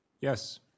Yes